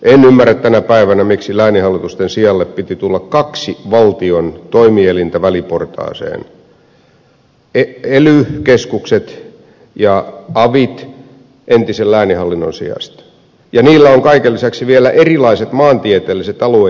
en ymmärrä tänä päivänä miksi lääninhallitusten sijalle piti tulla kaksi valtion toimielintä väliportaaseen ely keskukset ja avit entisen lääninhallinnon sijasta ja niillä on kaiken lisäksi vielä erilaiset maantieteelliset aluejakoperusteet